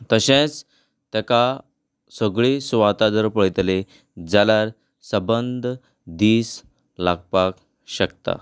तशेंच ताका सगळीं सुवाता जर पळयतलीं जाल्यार सबंद दीस लागपाक शकता